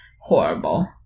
horrible